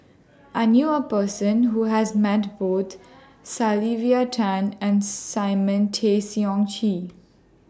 I knew A Person Who has Met Both Sylvia Tan and Simon Tay Seong Chee